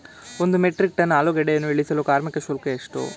ಒಂದು metric ton ಆಲೂಗೆಡ್ಡೆಯನ್ನು ಇಳಿಸಲು ಕಾರ್ಮಿಕ ಶುಲ್ಕ ಎಷ್ಟು?